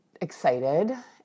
excited